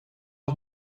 het